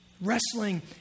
Wrestling